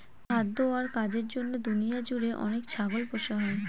খাদ্য আর কাজের জন্য দুনিয়া জুড়ে অনেক ছাগল পোষা হয়